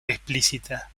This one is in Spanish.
explícita